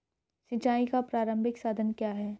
सिंचाई का प्रारंभिक साधन क्या है?